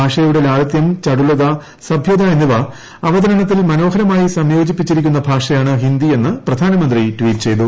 ഭാഷയുടെ ലാളിത്യം ചടുലി്തു സഭ്യത എന്നിവ അവതരണത്തിൽ മനോഹരമായി സംയോജിപ്പിക്കിരിക്കുന്ന ഭാഷയാണ് ഹിന്ദി എന്ന് പ്രധാനമന്ത്രി ട്വീറ്റ് ചെയ്തു